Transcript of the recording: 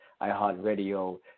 iHeartRadio